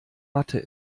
mathe